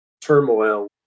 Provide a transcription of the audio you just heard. turmoil